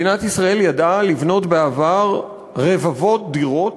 מדינת ישראל ידעה לבנות בעבר רבבות דירות,